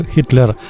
Hitler